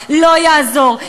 לא יעזור,